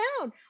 down